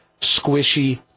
squishy